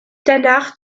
danach